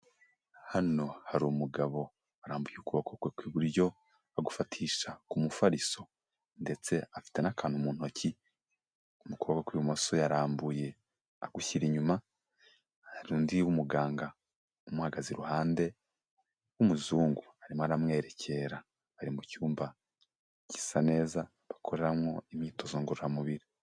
Hano hari umugabo arambuye ukuboko kwe kw'iburyo agufatisha ku mufariso ndetse afite n'akantu mu ntoki mu kuboko k'ibumoso yarambuye agushyira inyuma, hari undi muganga umuhagaze iruhande w'umuzungu arimo aramwerekera. Bari mu cyumba gisa neza bakoramowo imyitozo ngororamubiri.